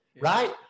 right